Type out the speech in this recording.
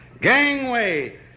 Gangway